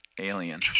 Alien